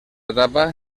etapa